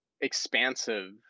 expansive